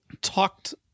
talked